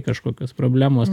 kažkokios problemos